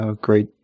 great